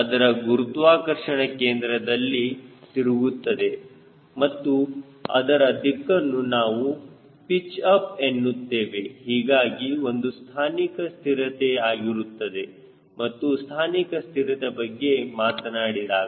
ಅದರ ಗುರುತ್ವಾಕರ್ಷಣ ಕೇಂದ್ರದಲ್ಲಿ ತಿರುಗುತ್ತದೆ ಮತ್ತು ಅದರ ದಿಕ್ಕನ್ನು ನಾವು ಪಿಚ್ ಅಪ್ ಎನ್ನುತ್ತೇವೆ ಹೀಗಾಗಿ ಒಂದು ಸ್ಥಾನಿಕ ಸ್ಥಿರತೆ ಆಗಿರುತ್ತದೆ ಮತ್ತು ಸ್ಥಾನಿಕ ಸ್ಥಿರತೆ ಬಗ್ಗೆ ಮಾತನಾಡಿದಾಗ